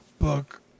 book